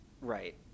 right